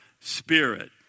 spirit